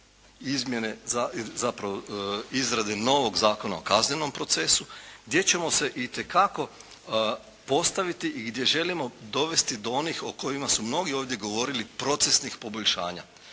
Izmjene, zapravo izrade novog Zakona o kaznenom procesu gdje ćemo se itekako postaviti i gdje želimo dovesti do onih o kojima su mnogi ovdje govorili procesnih poboljšanja.